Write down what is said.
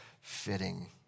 fitting